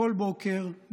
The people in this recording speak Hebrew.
כל בוקר,